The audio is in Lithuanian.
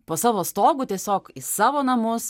po savo stogu tiesiog į savo namus